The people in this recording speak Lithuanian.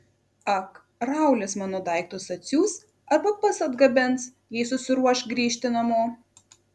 ak raulis mano daiktus atsiųs arba pats atgabens jei susiruoš grįžti namo